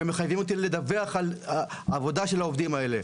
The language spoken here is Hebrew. ומחייבים אותי לדווח על העבודה של העובדים האלה.